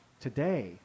Today